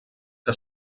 que